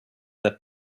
that